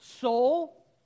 soul